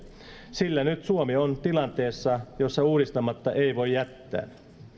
sillä nyt suomi on tilanteessa jossa uudistamatta ei voi jättää